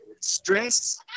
stress